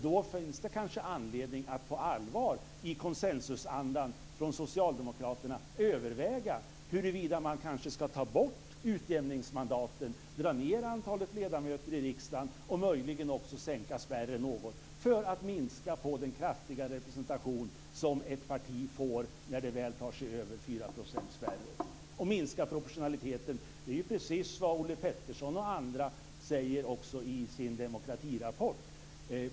Då finns det kanske anledning att på allvar i konsensusandan från socialdemokraterna överväga huruvida man kanske ska ta bort utjämningsmandaten, dra ned antalet ledamöter i riksdagen och möjligen också sänka spärren något för att minska på den kraftiga representation som ett parti får när det väl tar sig över 4-procentsspärren och minska proportionaliteten. Det är ju precis vad Olle Petersson och andra säger också i sin demokratirapport.